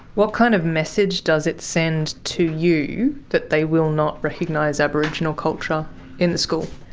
what kind of message does it send to you that they will not recognise aboriginal culture in the school?